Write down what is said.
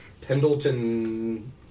Pendleton